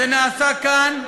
זה נעשה כאן,